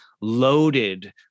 loaded